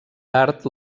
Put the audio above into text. tard